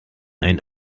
ein